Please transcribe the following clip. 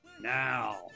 now